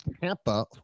Tampa